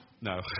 No